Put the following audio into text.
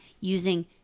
using